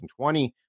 2020